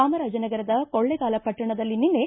ಚಾಮರಾಜನಗರದ ಕೊಳ್ಳೇಗಾಲ ಪಟ್ಟಣದಲ್ಲಿ ನಿನ್ನೆ